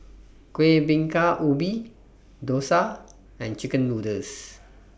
Kueh Bingka Ubi Dosa and Chicken Noodles